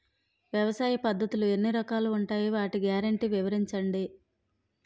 వ్యవసాయ పద్ధతులు ఎన్ని రకాలు ఉంటాయి? వాటి గ్యారంటీ వివరించండి?